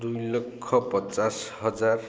ଦୁଇ ଲକ୍ଷ ପଚାଶ ହଜାର